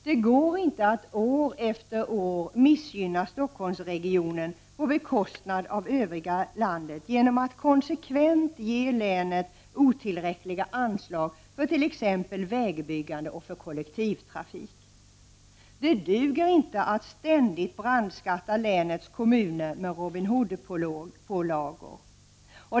Det går inte att år efter år missgynna Stockholmsregionen på bekostnad av Övriga landet genom att konsekvent ge länet otillräckliga anslag för t.ex. vägbyggande och kollektivtrafik. Det duger inte att ständigt brandskatta länets kommuner med Robin Hood-pålagor.